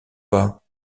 pas